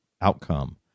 outcome